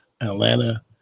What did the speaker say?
Atlanta